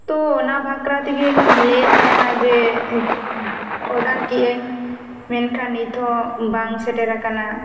ᱛᱚ ᱚᱱᱟ ᱵᱷᱟᱠᱷᱨᱟ ᱛᱮᱜᱮ ᱞᱟᱹᱭ ᱮᱫ ᱛᱟᱦᱮᱱᱟ ᱡᱮ ᱚᱰᱟᱨ ᱠᱮᱫ ᱟᱧ ᱢᱮᱱᱠᱟᱷᱟᱱ ᱱᱤᱛ ᱦᱚᱸ ᱵᱟᱝ ᱥᱮᱴᱮᱨ ᱟᱠᱟᱱᱟ